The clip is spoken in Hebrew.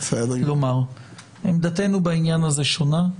לומר שעמדתנו בעניין הזה היא שונה.